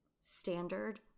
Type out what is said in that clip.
standard